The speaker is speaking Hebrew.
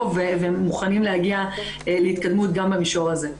ומוכנים להגיע להתקדמות גם במישור הזה.